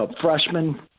freshman